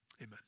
Amen